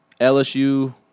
LSU